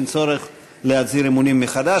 ואין צורך להצהיר אמונים מחדש.